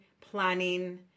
planning